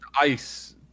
ice